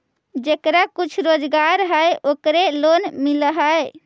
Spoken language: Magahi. जेकरा कुछ रोजगार है ओकरे लोन मिल है?